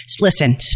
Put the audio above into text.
listen